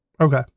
Okay